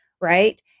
right